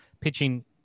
pitching